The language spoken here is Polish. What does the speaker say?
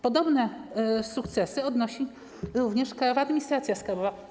Podobne sukcesy odnosi również Krajowa Administracja Skarbowa.